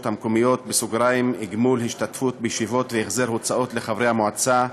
המקומיות (גמול השתתפות בישיבות והחזר הוצאות לחברי מועצה),